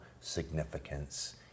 significance